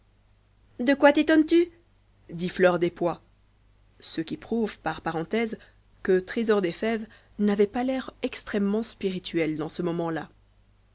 de quoi tétonnes tu dit fleur des pois ce qui prouve par parenthèses que trésor des fèves n'avait pas l'air extrêmement spirituel dans ce moment-là